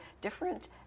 different